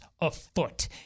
afoot